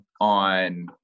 on